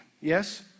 yes